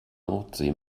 nordsee